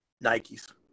nike's